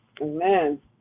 Amen